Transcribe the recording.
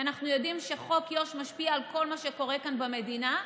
כי אנחנו יודעים שחוק יו"ש משפיע על כל מה שקורה כאן במדינה.